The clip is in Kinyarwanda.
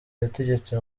yategetse